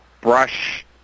brush